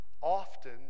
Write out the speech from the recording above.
often